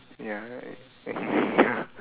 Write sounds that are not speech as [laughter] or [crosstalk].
ya [laughs]